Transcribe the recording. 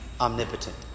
omnipotent